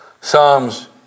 Psalms